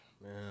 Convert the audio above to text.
man